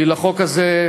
כי לחוק הזה,